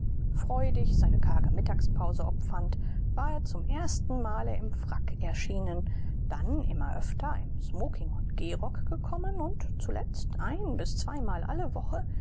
freudig seine karge mittagspause opfernd war er zum ersten male im frack erschienen dann immer öfter im smoking und gehrock gekommen und zuletzt ein bis zweimal alle woche